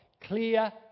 Clear